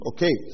Okay